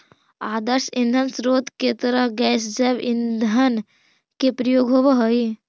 आदर्श ईंधन स्रोत के तरह गैस जैव ईंधन के प्रयोग होवऽ हई